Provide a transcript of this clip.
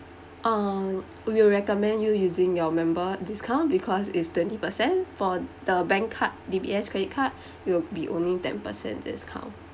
um we would recommend you using your member discount because it's twenty percent for the bank card D_B_S credit card it will be only ten percent discount